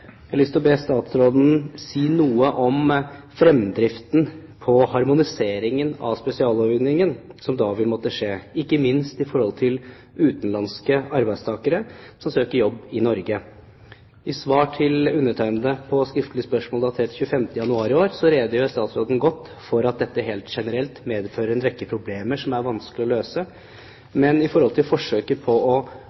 Jeg har lyst til å be statsråden si noe om fremdriften i harmoniseringen av spesiallovgivningen som da vil måtte skje, ikke minst overfor utenlandske arbeidstakere som søker jobb i Norge. I svar til meg på skriftlig spørsmål datert 25. januar i år redegjør statsråden godt for at dette helt generelt medfører en rekke problemer som det er vanskelig å løse.